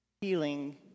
healing